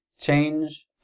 change